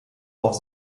auf